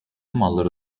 malları